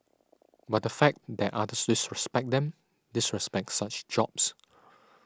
but the fact that others disrespect them disrespect such jobs